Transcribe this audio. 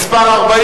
מס' 40